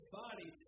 body